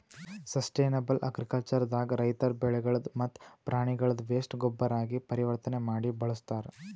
sustainable agriculture ದಾಗ ರೈತರ್ ಬೆಳಿಗಳ್ದ್ ಮತ್ತ್ ಪ್ರಾಣಿಗಳ್ದ್ ವೇಸ್ಟ್ ಗೊಬ್ಬರಾಗಿ ಪರಿವರ್ತನೆ ಮಾಡಿ ಬಳಸ್ತಾರ್